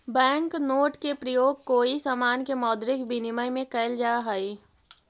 bank note के प्रयोग कोई समान के मौद्रिक विनिमय में कैल जा हई